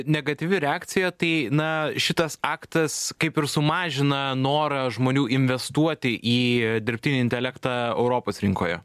negatyvi reakcija tai na šitas aktas kaip ir sumažina norą žmonių investuoti į dirbtinį intelektą europos rinkoje